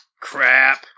Crap